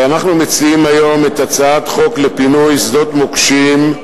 אנחנו מציעים היום את הצעת חוק לפינוי שדות מוקשים,